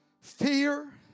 fear